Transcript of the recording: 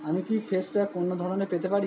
আমি কি face pack অন্য ধরনের পেতে পারি